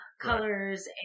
colors